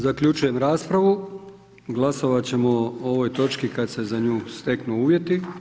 Zaključujem raspravu, glasovat ćemo o ovoj točki kad se za nju steknu uvjeti.